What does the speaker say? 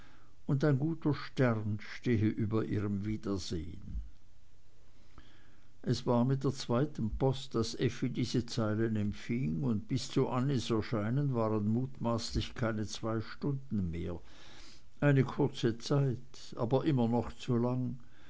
und ein guter stern stehe über ihrem wiedersehen es war mit der zweiten post daß effi diese zeilen empfing und bis zu annies erscheinen waren mutmaßlich keine zwei stunden mehr eine kurze zeit aber immer noch zu lang